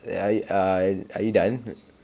ya are you err are you done